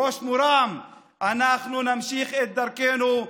בראש מורם אנחנו נמשיך את דרכנו.